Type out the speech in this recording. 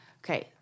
Okay